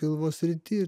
pilvo srity